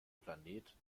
planet